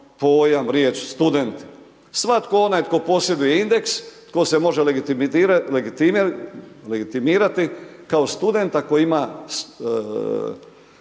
pojam riječ student. Svatko onaj tko posjeduje indeks, tko se može legitimirati kao student koji ima